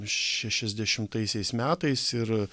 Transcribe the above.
šešiasdešimtaisiais metais ir